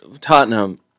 Tottenham